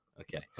Okay